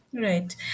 Right